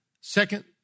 Second